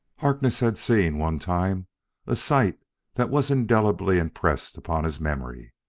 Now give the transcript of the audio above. harkness had seen one time a sight that was indelibly impressed upon his memory.